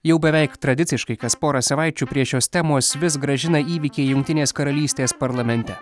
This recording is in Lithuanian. jau beveik tradiciškai kas porą savaičių prie šios temos vis grąžina įvykiai jungtinės karalystės parlamente